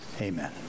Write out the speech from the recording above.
Amen